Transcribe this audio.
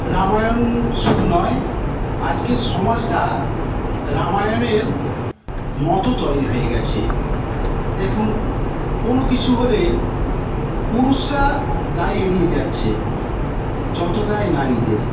রামায়ণ শুধু নয় আজকের সমাজটা রামায়ণের মত তৈরি হয়ে গেছে দেখুন কোনো কিছু হলে পুরুষরা দায় এড়িয়ে যাচ্ছে যত দায় নারীদের